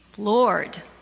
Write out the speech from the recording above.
Lord